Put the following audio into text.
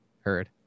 heard